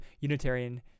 Unitarian